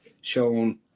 shown